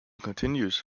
continues